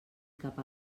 cap